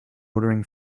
ordering